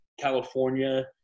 California